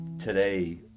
today